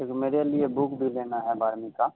एक मेरे लिए बुक भी लेना है बारहवीं का